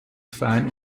fein